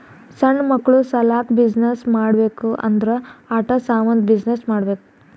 ಸಣ್ಣು ಮಕ್ಕುಳ ಸಲ್ಯಾಕ್ ಬಿಸಿನ್ನೆಸ್ ಮಾಡ್ಬೇಕ್ ಅಂದುರ್ ಆಟಾ ಸಾಮಂದ್ ಬಿಸಿನ್ನೆಸ್ ಮಾಡ್ಬೇಕ್